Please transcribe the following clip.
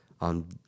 on